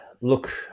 Look